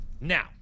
Now